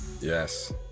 Yes